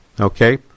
Okay